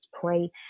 pray